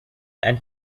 and